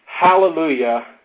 hallelujah